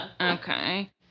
okay